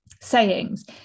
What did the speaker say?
sayings